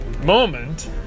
moment